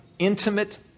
Intimate